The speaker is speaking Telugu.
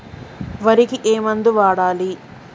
వరికి ఏ మందు వాడాలి?